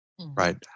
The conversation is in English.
Right